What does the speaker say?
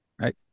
Right